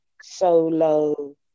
solo